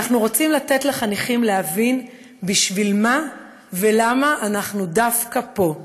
אנחנו רוצים לתת לחניכים להבין בשביל מה ולמה אנחנו דווקא פה,